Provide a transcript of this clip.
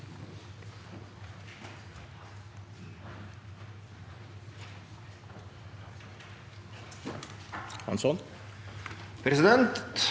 Hansson